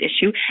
issue